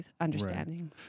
understanding